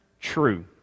true